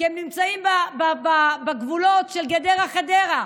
כי הם נמצאים בגבולות של גדרה חדרה.